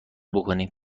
بکنیم